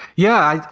yeah,